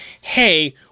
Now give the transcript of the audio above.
Hey